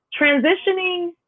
Transitioning